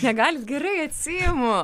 negalit gerai atsiimu